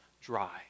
dry